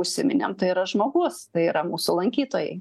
užsiminėm tai yra žmogus tai yra mūsų lankytojai